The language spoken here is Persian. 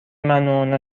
منو، نه